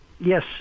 Yes